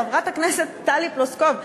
חברת הכנסת טלי פלוסקוב,